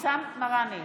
אבתיסאם מראענה,